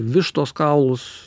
vištos kaulus